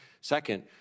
Second